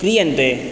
क्रीयन्ते